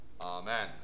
Amen